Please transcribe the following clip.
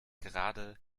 gerade